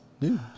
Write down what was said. news